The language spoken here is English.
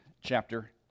chapter